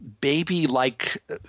baby-like